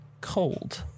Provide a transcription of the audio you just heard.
cold